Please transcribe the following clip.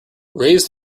raise